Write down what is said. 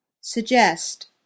Suggest